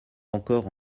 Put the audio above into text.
encore